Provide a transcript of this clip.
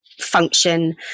function